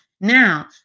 Now